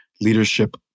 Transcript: Leadership